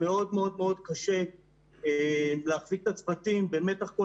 מאוד מאוד מאוד קשה להחזיק את הצוותים במתח כל